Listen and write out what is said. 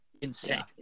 insane